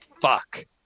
fuck